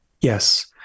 Yes